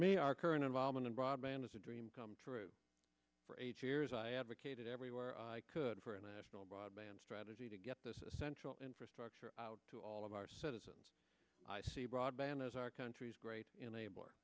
me our current involvement in broadband as a dream come true for eight years i advocated everywhere i could for a national broadband strategy to get this essential infrastructure out to all of our citizens i see broadband as our country's great enabler